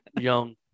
young